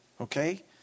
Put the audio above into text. okay